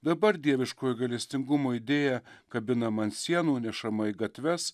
dabar dieviškojo gailestingumo idėja kabinama ant sienų nešama į gatves